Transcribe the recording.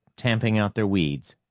tamping out their weeds,